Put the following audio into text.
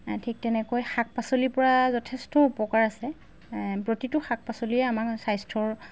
ঠিক তেনেকৈ শাক পাচলিৰ পৰা যথেষ্ট উপকাৰ আছে প্ৰতিটো শাক পাচলিয়ে আমাক স্বাস্থ্যৰ